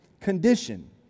condition